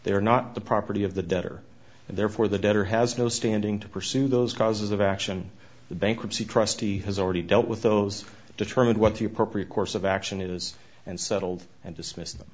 they are not the property of the debtor and therefore the debtor has no standing to pursue those causes of action the bankruptcy trustee has already dealt with those determined what the appropriate course of action is and settled and dismissed them